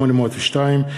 802,